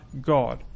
God